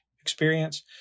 experience